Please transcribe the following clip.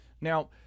now